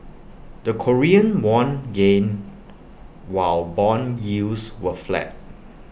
the Korean won gained while Bond yields were flat